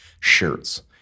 shirts